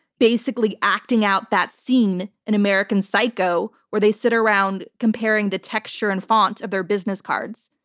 basically acting out that scene in american psycho, where they sit around comparing the texture and font of their business cards.